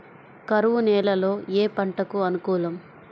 కరువు నేలలో ఏ పంటకు అనుకూలం?